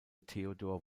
theodor